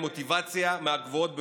עם מוטיבציה מהגבוהות ביותר,